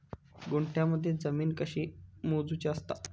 गुंठयामध्ये जमीन कशी मोजूची असता?